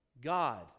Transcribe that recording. God